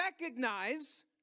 recognize